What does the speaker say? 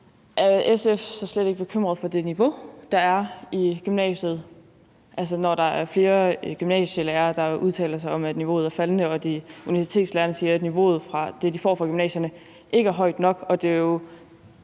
SF så slet ikke bekymret for det niveau, der er i gymnasiet? Altså, der er flere gymnasielærere, der udtaler sig om, at niveauet er faldende, og universitetslærerne siger, at niveauet hos dem, de får fra gymnasierne, ikke er højt nok.